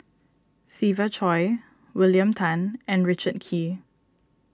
Siva Choy William Tan and Richard Kee